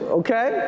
okay